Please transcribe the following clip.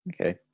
Okay